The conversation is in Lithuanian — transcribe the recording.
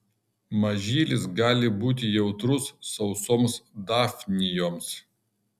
mažylis gali būti jautrus sausoms dafnijoms